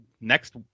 next